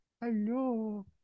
Hello